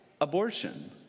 abortion